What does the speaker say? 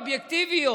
אובייקטיביות,